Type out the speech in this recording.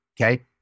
okay